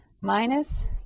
minus